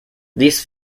these